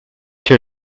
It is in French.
que